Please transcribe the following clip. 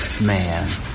man